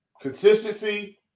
consistency